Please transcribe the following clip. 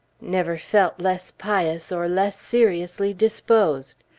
never felt less pious, or less seriously disposed!